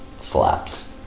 slaps